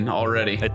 already